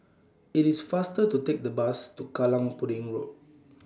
It's faster to Take The Bus to Kallang Pudding Road